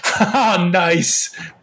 nice